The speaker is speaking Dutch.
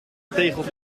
tegels